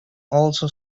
also